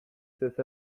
cesse